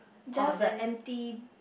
just a empty